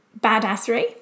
badassery